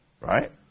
Right